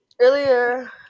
earlier